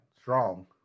Strong